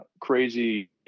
crazy